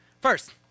First